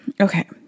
Okay